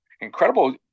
incredible